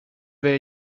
wir